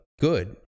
good